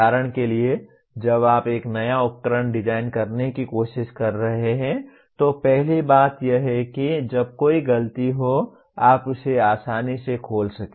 उदाहरण के लिए जब आप एक नया उपकरण डिजाइन करने की कोशिश कर रहे हैं तो पहली बात यह है कि जब कोई गलती हो आप उसे आसानी से खोल सके